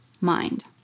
mind